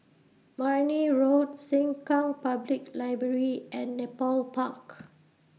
Marne Road Sengkang Public Library and Nepal Park